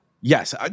Yes